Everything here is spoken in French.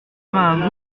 vingts